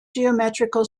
geometrical